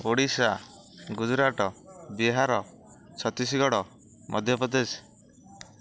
Odisha Gujarat Bihar Chhattisgarh Madhya Pradesh